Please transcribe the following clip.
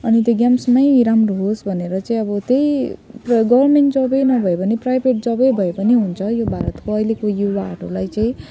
अनि त्यो गेम्समै राम्रो होस् भनेर चाहिँ त्यही प्र गभर्मेन्ट जबै नभए भने प्राइभेट जबै भए पनि हुन्छ यो भारतको अहिलेको युवाहरूलाई चाहिँ